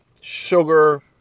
sugar